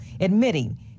admitting